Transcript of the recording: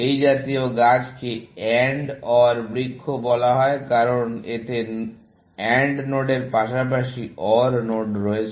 এই জাতীয় গাছকে AND OR বৃক্ষ বলা হয় কারণ এতে AND নোডের পাশাপাশি OR নোড রয়েছে